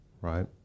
Right